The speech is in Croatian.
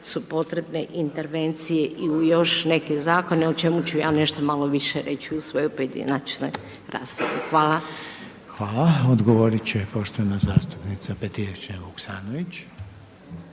su potrebne intervencije i u još neke zakone o čemu ću ja nešto malo više reći u svojoj pojedinačnoj raspravi. Hvala. **Reiner, Željko (HDZ)** Hvala. Odgovorit će poštovana zastupnica Perijevčanin Vuksanović.